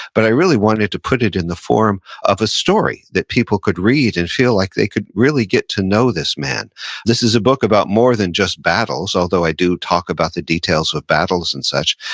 but i really wanted to put it in the form of a story that people could read and feel like they could really get to know this man this is a book about more than just battles, although i do talk about the details of battles and such,